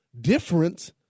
difference